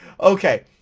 Okay